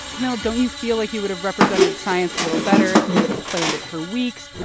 camille, don't you feel like you would have represented science a little better if you would have planned it for weeks,